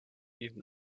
even